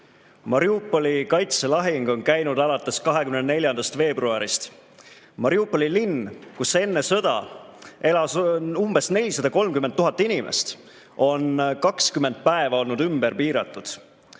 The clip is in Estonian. Mariupoli kaitselahing on käinud alates 24. veebruarist. Mariupoli linn, kus enne sõda elas umbes 430 000 inimest, on 20 päeva olnud ümber piiratud.